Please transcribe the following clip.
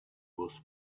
was